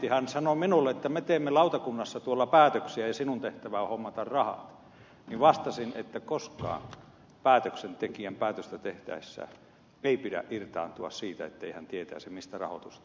kun hän sanoi minulle että me teemme lautakunnassa päätöksiä ja sinun tehtäväsi on hommata rahat niin vastasin että koskaan päätöksentekijän päätöstä tehtäessä ei pidä irtaantua siitä ettei hän tietäisi mistä rahoitus tulee